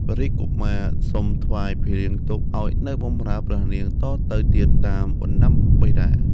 ព្រះរាជកុមារសុំថ្វាយភីលៀងទុក ឱ្យនៅបម្រើព្រះនាងតទៅទៀតតាមបណ្ដាំបិតា។